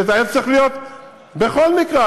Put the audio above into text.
שהיה צריך להיות בכל מקרה,